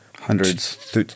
hundreds